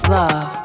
love